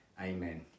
Amen